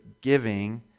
giving